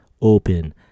open